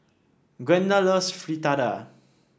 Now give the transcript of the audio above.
Gwenda loves Fritada